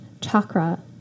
chakra